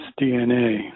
DNA